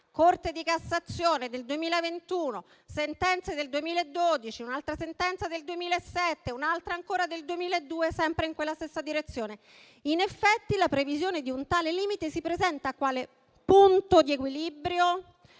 Corte di Cassazione del 2021, sentenze del 2012, un'altra sentenza del 2007, un'altra ancora del 2002, sempre in quella stessa direzione: in effetti, la previsione di un tale limite si presenta quale punto di equilibrio